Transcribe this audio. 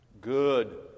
Good